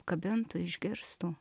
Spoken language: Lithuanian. kabintų išgirstų